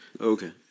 Okay